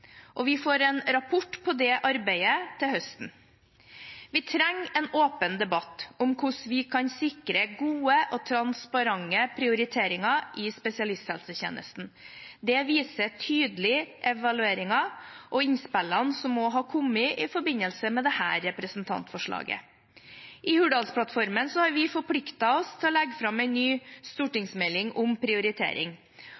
Vi får en rapport om det arbeidet til høsten. Vi trenger en åpen debatt om hvordan vi kan sikre gode og transparente prioriteringer i spesialisthelsetjenesten. Det vises tydelig i evalueringen og innspillene som kom i forbindelse med dette representantforslaget. I Hurdalsplattformen har vi forpliktet oss til å legge fram en ny